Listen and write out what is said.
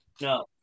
No